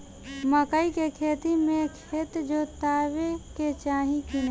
मकई के खेती मे खेत जोतावे के चाही किना?